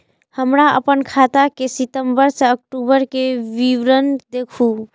हमरा अपन खाता के सितम्बर से अक्टूबर के विवरण देखबु?